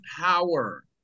power